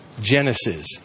Genesis